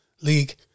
League